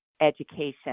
education